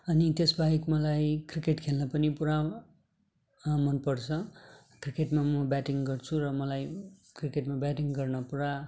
अनि त्यस बाहेक मलाई क्रिकेट खेल्न नि पूरा मन पर्छ क्रिकेटमा म ब्याटिङ गर्छु र मलाई क्रिकेटमा ब्याटिङ गर्न पूरा